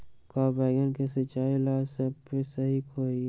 का बैगन के सिचाई ला सप्रे सही होई?